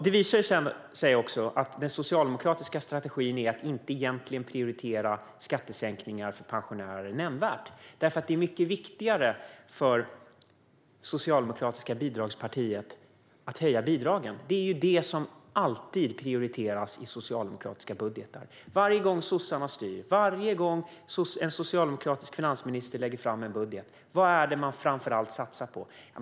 Det visar sig också att den socialdemokratiska strategin egentligen inte är att nämnvärt prioritera skattesänkningar för pensionärer. Det är mycket viktigare för det socialdemokratiska bidragspartiet att höja bidragen. Det är det som alltid prioriteras i socialdemokratiska budgetar. Varje gång sossarna styr, varje gång en socialdemokratisk finansminister lägger fram en budget, vad är det man framför allt satsar på?